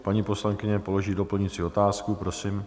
Paní poslankyně položí doplňující otázku, prosím.